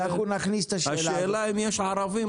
השאלה אם יש ערבים